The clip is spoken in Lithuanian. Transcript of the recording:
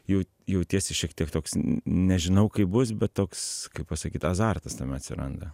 jau jautiesi šiek tiek toks nežinau kaip bus bet toks kaip pasakyt azartas tame atsiranda